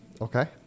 Okay